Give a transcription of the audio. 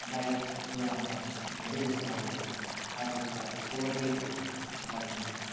bike कुदाउँदा मो धेरै जस्तो अब बाटोतिर ओबर टेकहरू गर्दिनँ